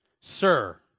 Sir